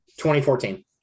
2014